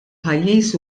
pajjiż